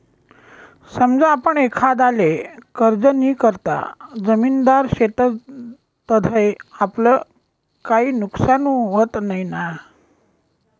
समजा आपण एखांदाले कर्जनीकरता जामिनदार शेतस तधय आपलं काई नुकसान व्हत नैना?